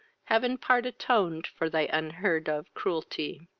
have in part atoned for they unheard of cruelty.